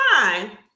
fine